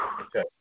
Okay